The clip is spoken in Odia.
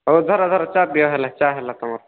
ହଉ ଧର ଧର ଚାଆ ପିଅ ହେଲା ଚା' ହେଲା ତମର୍